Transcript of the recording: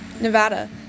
Nevada